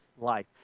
life